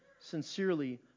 sincerely